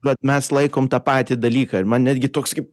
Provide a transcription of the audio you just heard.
vat mes laikom tą patį dalyką ir man netgi toks kaip